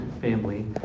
family